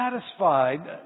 satisfied